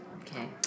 Okay